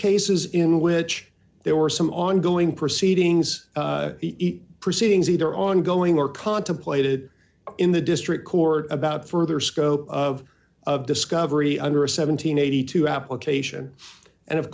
cases in which there were some ongoing proceedings proceedings either ongoing or contemplated in the district court about further scope of of discovery under a seven hundred and eighty two dollars application and of